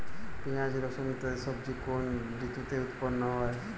পিঁয়াজ রসুন ইত্যাদি সবজি কোন ঋতুতে উৎপন্ন হয়?